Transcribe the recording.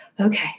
okay